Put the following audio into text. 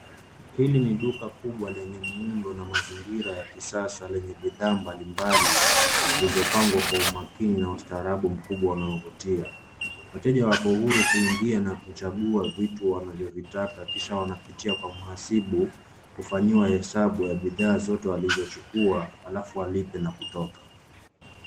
Hili ni duka kubwa lenye muundo. Kuna mazingira ya kisasa lenye bidhaa mbalimbali z uilizopangwa kwa umakini na ustarabu mkubwa wanaovutia. Wateja wako huru na kuchagua vitu wanavyovitaka kisha wanapitia masibu kufanyiwa hesabu ya bidhaa zote walizochukua alafu walipe na kutoka.